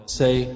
say